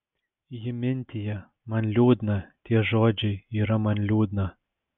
ji mintija man liūdna tie žodžiai yra man liūdna